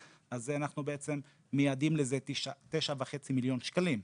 אז אנחנו מייעדים לזה 9.5 מיליון שקלים.